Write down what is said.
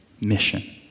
mission